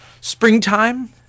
Springtime